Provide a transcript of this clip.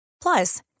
Plus